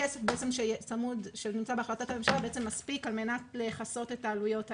הכסף שנמצא בהחלטת הממשלה מספיק על מנת לכסות את עלויות האלה.